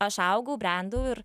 aš augau brendau ir